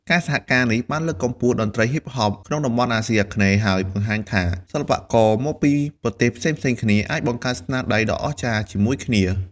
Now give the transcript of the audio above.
ការសហការនេះបានលើកកម្ពស់តន្ត្រី Hip-Hop ក្នុងតំបន់អាស៊ីអាគ្នេយ៍ ហើយបង្ហាញថា សិល្បករមកពីប្រទេសផ្សេងៗគ្នាអាចបង្កើតស្នាដៃដ៏អស្ចារ្យជាមួយគ្នា។